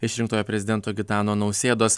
išrinktojo prezidento gitano nausėdos